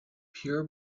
pure